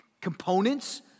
components